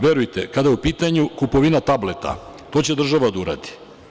Verujte, kada je u pitanju kupovina tableta, to će država da uradi.